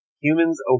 Humans